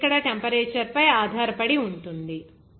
ఇది ఇక్కడ టెంపరేచర్ పై ఆధారపడి ఉంటుంది